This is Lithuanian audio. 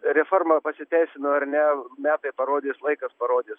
reforma pasiteisino ar ne metai parodys laikas parodys